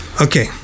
okay